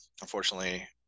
unfortunately